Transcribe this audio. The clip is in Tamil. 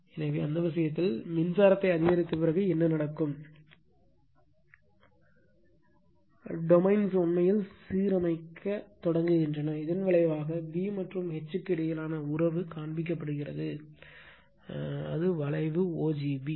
எனவே அந்த விஷயத்தில் மின்சாரத்தை அதிகரித்த பிறகு என்ன நடக்கும் டொமைன்ஸ் உண்மையில் சீரமைக்கத் தொடங்குகின்றன இதன் விளைவாக B மற்றும் H க்கு இடையிலான உறவு காண்பிக்கப்படுகிறது வளைவு o g b